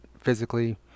physically